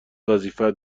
وظیفه